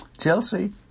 Chelsea